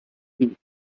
speaking